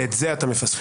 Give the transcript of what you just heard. ואת זה אתה מפספס.